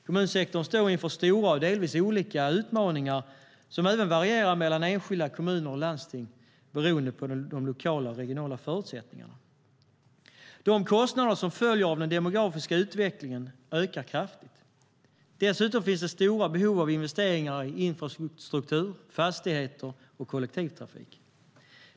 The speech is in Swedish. Kommunsektorn står inför stora och delvis olika utmaningar som även varierar mellan enskilda kommuner och landsting beroende på de lokala och regionala förutsättningarna. De kostnader som följer av den demografiska utvecklingen ökar kraftigt. Dessutom finns det stora behov av investeringar i infrastruktur, fastigheter och kollektivtrafik.